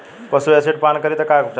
पशु एसिड पान करी त का उपचार होई?